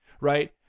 right